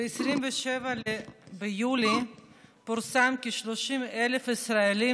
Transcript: ב-27 ביולי פורסם כי 30,000 ישראלים